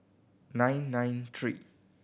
nine nine three